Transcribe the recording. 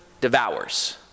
Devours